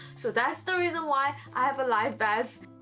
so that's the reason why i have a life vest